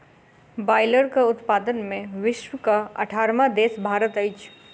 बायलरक उत्पादन मे विश्वक अठारहम देश भारत अछि